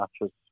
matches